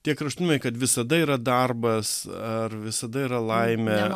tie kraštutinumai kad visada yra darbas ar visada yra laimė